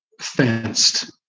fenced